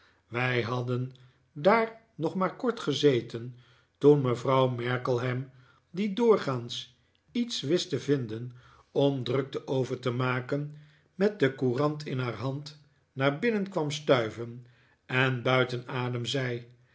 wij hadden daar nog maar kort gezeten toen mevrouw markleham die doorgaans iets wist te vinden om drukte over te maken met de courant in haar hand naar binnen kwam stuiven en buiten adem zei